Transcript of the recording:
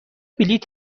بلیط